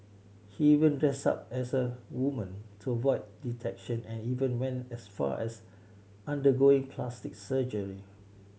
he even dressed up as a woman to avoid detection and even went as far as undergoing plastic surgery